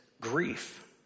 grief